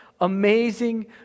amazing